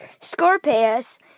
Scorpius